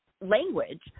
language